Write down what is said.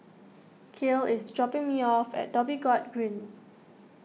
Kael is dropping me off at Dhoby Ghaut Green